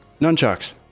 Nunchucks